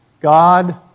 God